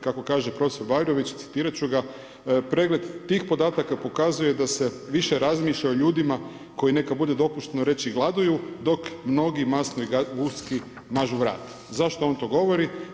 Kako kaže prof. Bajrović, citirat ću ta: „Pregled tih podataka pokazuje da se više razmišlja o ljudima koji nekad bude dopušteno reći gladuju, dok mnogi masnoj guski mažu vrat.“ Zašto on to govori?